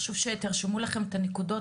חשוב שתרשמו לכם את הנקודות,